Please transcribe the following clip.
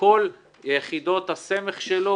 כל יחידות הסמך שלו,